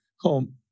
home